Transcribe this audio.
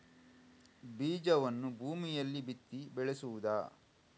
ಬೀಜವನ್ನು ಭೂಮಿಯಲ್ಲಿ ಬಿತ್ತಿ ಬೆಳೆಸುವುದಾ?